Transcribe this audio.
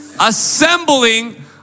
assembling